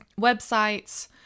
websites